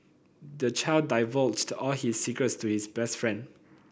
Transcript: the child divulged all his secrets to his best friend